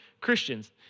Christians